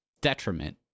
detriment